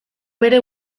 bere